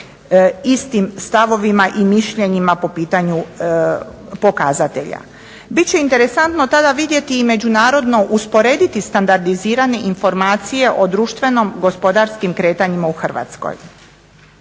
istim stavovima i mišljenjima po pitanju pokazatelja. Biti će interesantno tada vidjeti i međunarodno usporediti standardizirane informacije o društveno gospodarskim kretanjima u Hrvatskoj.